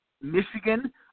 Michigan